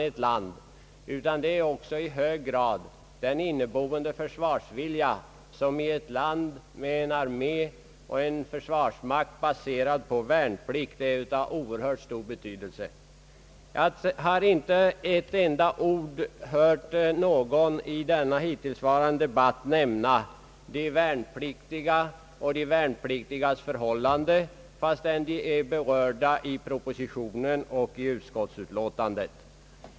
I ett land med en försvarsmakt baserad på värnplikt är också i hög grad den inneboende försvarsviljan hos folket självt, således de värnpliktiga, av oerhört stor betydelse. Jag har inte hört någon här med ett enda ord nämna de värnpliktiga och deras förhållanden, fastän de berörs i propositionen och utskottets utlåtande.